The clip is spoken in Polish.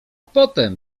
potem